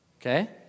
okay